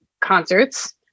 concerts